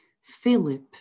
Philip